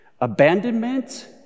abandonment